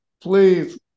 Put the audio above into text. please